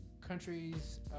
countries